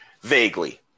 Vaguely